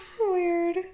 weird